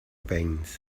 veins